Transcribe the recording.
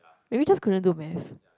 maybe just couldn't do Math